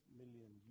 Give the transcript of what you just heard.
million